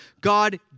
God